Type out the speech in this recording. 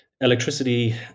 Electricity